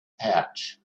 pouch